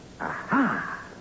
Aha